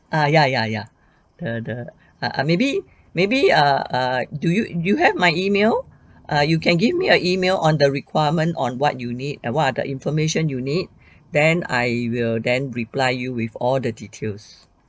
err ya ya ya the the err maybe maybe err err do you you have my email err you can give me a E mail on the requirement on what you need and what are the information you need then I will then reply you with all the details